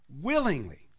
willingly